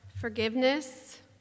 forgiveness